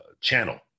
channel